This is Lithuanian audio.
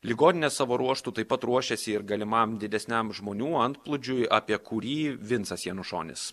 ligoninė savo ruožtu taip pat ruošėsi ir galimam didesniam žmonių antplūdžiui apie kurį vincas janušonis